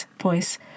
voice